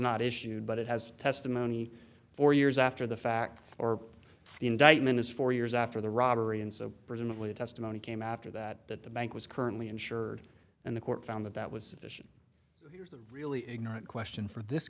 not issued but it has testimony for years after the fact or the indictment is four years after the robbery and so presumably the testimony came after that that the bank was currently insured and the court found that that was years of really ignorant question for this